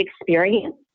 experience